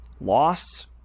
loss